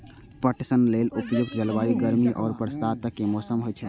पटसन लेल उपयुक्त जलवायु गर्मी आ बरसातक मौसम होइ छै